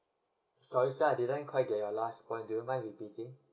sorry sir I didn't quite get your last point do you mind repeating